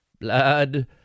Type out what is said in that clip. Blood